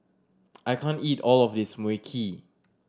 I can't eat all of this Mui Kee